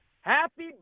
happy